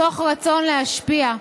מתוך רצון להשפיע,